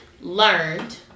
learned